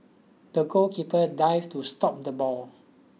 the goalkeeper dived to stop the ball